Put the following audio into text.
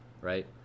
right